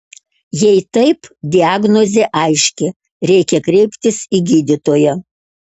jei taip diagnozė aiški reikia kreiptis į gydytoją